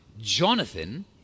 Jonathan